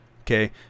okay